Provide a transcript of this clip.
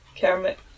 Kermit